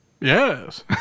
Yes